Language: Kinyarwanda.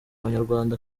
abanyarwanda